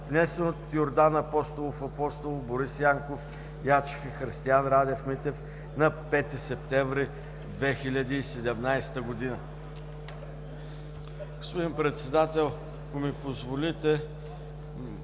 внесен от Йордан Апостолов Апостолов, Борис Янков Ячев и Христиан Радев Митев на 5 септември 2017 г.“ Господин Председател, ако ми позволите,